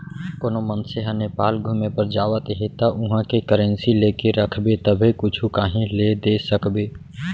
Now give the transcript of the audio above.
कोनो मनसे ह नेपाल घुमे बर जावत हे ता उहाँ के करेंसी लेके रखबे तभे कुछु काहीं ले दे सकबे